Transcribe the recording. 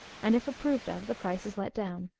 and, if approved of, the price is let down.